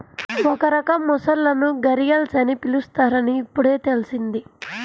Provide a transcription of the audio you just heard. ఒక రకం మొసళ్ళను ఘరియల్స్ అని పిలుస్తారని ఇప్పుడే తెల్సింది